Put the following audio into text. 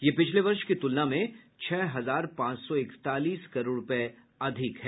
यह पिछले वर्ष की तुलना में छह हजार पांच सौ इकतालीस करोड़ रूपये अधिक है